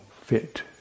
fit